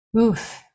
Oof